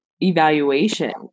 evaluation